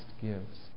gives